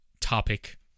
topic